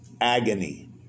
agony